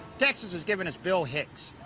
texas has given us bill hicks,